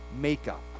makeup